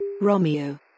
Romeo